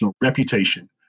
reputation